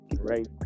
right